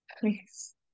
Please